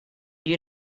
you